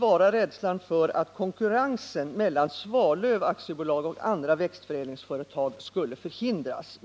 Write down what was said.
bero på rädslan för att konkurrensen mellan Svalöf AB och andra växtförädlingsföretag skulle förhindras.